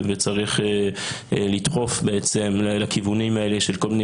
וצריך לדחוף בעצם לכיוונים האלה של כל מיני